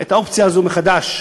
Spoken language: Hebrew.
את האופציה הזו מחדש.